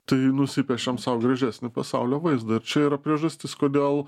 tai nusipiešiam sau gražesnį pasaulio vaizdą ir čia yra priežastis kodėl